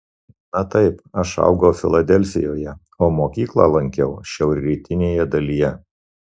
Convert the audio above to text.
na taip aš augau filadelfijoje o mokyklą lankiau šiaurrytinėje dalyje